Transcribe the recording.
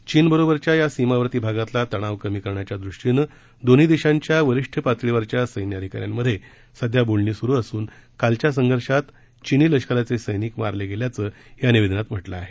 चीनबरोबरच्या या सीमावर्ती भागातला तणाव कमी करण्याच्या दृष्टीनं दोन्ही देशांच्या वरिष्ठ पातळीवरच्या सैन्य अधिकाऱ्यांमध्ये सध्या बोलणी सुरु असून कालच्या संघर्षात चिनी लष्कराचे सैनिक देखील मारले गेल्याचं या निवेदनात म्हटलं आहे